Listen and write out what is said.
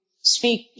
speak